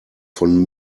von